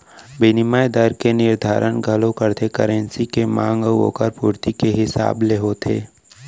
बिनिमय दर के निरधारन घलौ करथे करेंसी के मांग अउ ओकर पुरती के हिसाब ले होथे